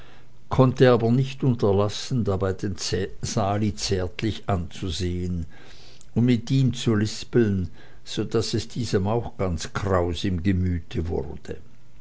konnte aber nicht unterlassen dabei den sali zärtlich anzusehen und mit ihm zu lispeln so daß es diesem auch ganz kraus im gemüt wurde